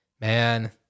Man